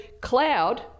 cloud